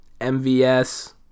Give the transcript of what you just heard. MVS